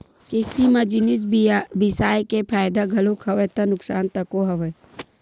किस्ती म जिनिस बिसाय के फायदा घलोक हवय ता नुकसान तको हवय